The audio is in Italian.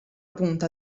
punta